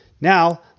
Now